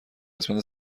قسمت